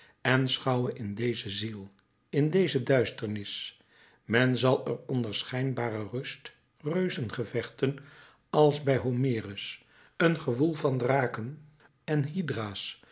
en schouwe in deze ziel in deze duisternis men zal er onder schijnbare rust reuzengevechten als bij homerus een gewoel van draken en